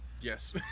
Yes